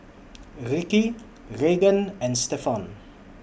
Ricki Reagan and Stephon